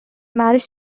marriage